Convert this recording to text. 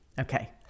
Okay